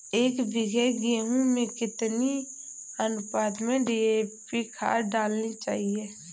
एक बीघे गेहूँ में कितनी अनुपात में डी.ए.पी खाद डालनी चाहिए?